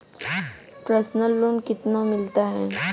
Personal loan कितना मिलता है?